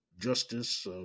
Justice